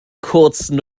kurzen